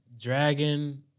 Dragon